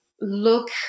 look